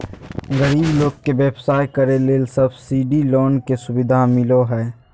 गरीब लोग के व्यवसाय करे ले सब्सिडी लोन के सुविधा मिलो हय